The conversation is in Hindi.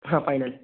हाँ फ़ाइनल